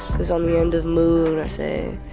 because on the end of mood, i say,